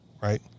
right